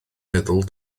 meddwl